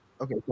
Okay